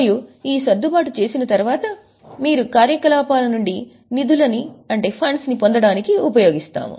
మరియు ఈ సర్దుబాటు చేసిన తర్వాత మీరు కార్యకలాపాల నుండి నిధులను పొందడానికి ఉపయోగిస్తారు